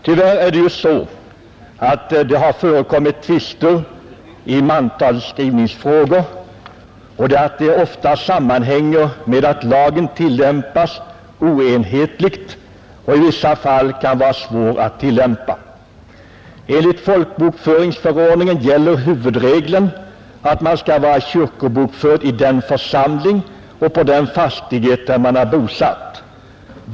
Tyvärr är det så att tvister i mantalsskrivningsfrågor ofta sammanhänger med att lagen tillämpas oenhetligt och i vissa fall kan vara svår att tillämpa. Enligt folkbokföringsförordningen gäller huvudregeln att man skall vara kyrkobokförd i den församling och på den fastighet där man är bosatt.